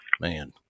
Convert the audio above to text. Man